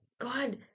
God